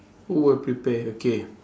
who will prepare okay